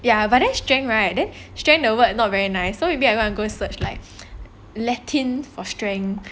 ya but strength right then strength the word not very nice so I wanna go search like latin for strength